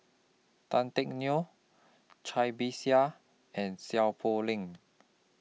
Tan Teck Neo Cai Bixia and Seow Poh Leng